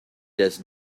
does